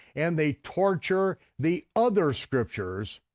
and they torture the other scriptures,